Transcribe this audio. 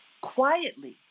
quietly